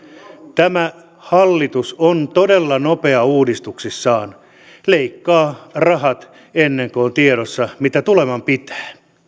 tämä hallitus on todella nopea uudistuksissaan leikkaa rahat ennen kuin on tiedossa mitä tuleman pitää